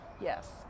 Yes